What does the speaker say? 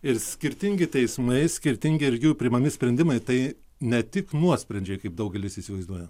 ir skirtingi teismai skirtingi ir jų priimami sprendimai tai ne tik nuosprendžiai kaip daugelis įsivaizduoja